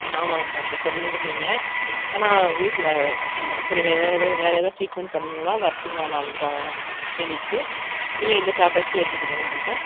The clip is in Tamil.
ஆமாங்க டாக்டர் சொல்லிருதீங்க ஆனால் வீட்டில் சரி நான் சரி வேற எதாவது வேறு எதாவது ட்ரீட்மெண்ட் பண்ணுங்களா வரட்டுங்களா நாளைக்கு கா க்ளீனிக்கு இல்லை இந்த டேப்லட்ஸ்ஸே எடுத்துக்கிடணுமா டாக்டர்